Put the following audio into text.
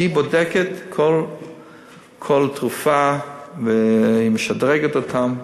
שבודקת כל תרופה, והיא משדרגת אותן,